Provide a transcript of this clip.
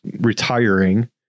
retiring